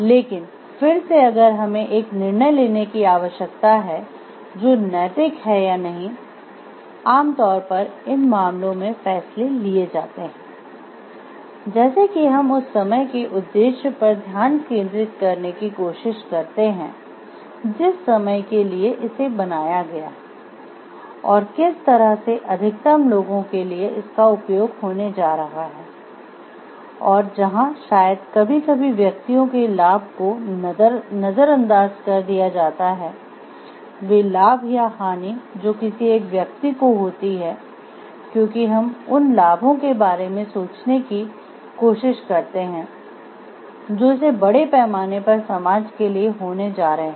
लेकिन फिर से अगर हमें एक निर्णय लेने की आवश्यकता है जो नैतिक है या नहीं आम तौर पर इन मामलों में फैसले लिए जाते हैं जैसे कि हम उस समय के उद्देश्य पर ध्यान केंद्रित करने की कोशिश करते हैं जिस समय के लिए इसे बनाया गया है और किस तरह से अधिकतम लोगों के लिए इसका उपयोग होने जा रहा है और जहाँ शायद कभी कभी व्यक्तियों के लाभ को नजरअंदाज कर दिया जाता है वे लाभ या हानि जो किसी एक व्यक्ति को होती है क्योंकि हम उन लाभों के बारे में सोचने की कोशिश करते हैं जो इसे बड़े पैमाने पर समाज के लिए होने जा रहे हैं